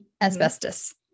asbestos